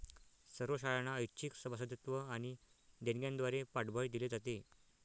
सर्व शाळांना ऐच्छिक सभासदत्व आणि देणग्यांद्वारे पाठबळ दिले जाते